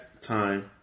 time